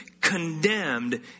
condemned